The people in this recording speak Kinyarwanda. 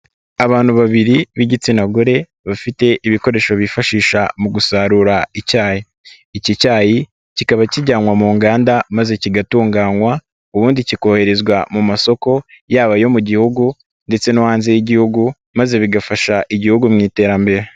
Abantu babiri b'igitsina gore bafite ibikoresho bifashisha mu gusarura icyayi, iki cyayi kikaba kijyanwa mu nganda maze kigatunganywa ubundi kikoherezwa mu masoko yabo yo mu Gihugu ndetse no hanze y'Igihugu maze bigafasha Igihugu mu iterambere.